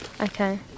Okay